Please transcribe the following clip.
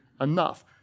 enough